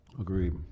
Agreed